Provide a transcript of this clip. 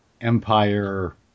Empire